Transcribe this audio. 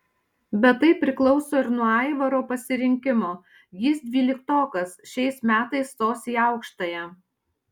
bet tai priklauso ir nuo aivaro pasirinkimo jis dvyliktokas šiais metais stos į aukštąją